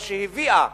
או שהביאה